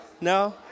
No